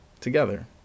together